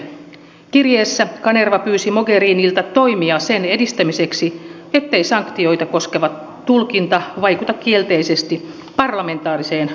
kirjeessä kanerva pyysi mogherinilta toimia sen estämiseksi ettei sanktioita koskeva tulkinta vaikuta kielteisesti parlamentaariseen vuoropuheluun